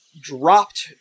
dropped